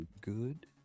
Good